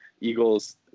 Eagles –